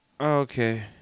Okay